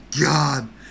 god